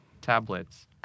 Tablets